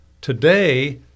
Today